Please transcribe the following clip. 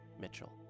Mitchell